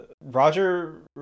roger